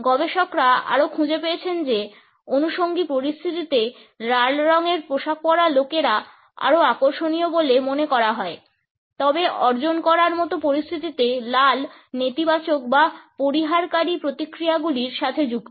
গবেষকরা আরও খুঁজে পেয়েছেন যে অনুষঙ্গী পরিস্থিতিতে লাল রঙের পোশাক পরা লোকেরা আরও আকর্ষণীয় বলে মনে করা হয় তবে অর্জন করার মতো পরিস্থিতিতে লাল নেতিবাচক বা পরিহারকারী প্রতিক্রিয়াগুলির সাথে যুক্ত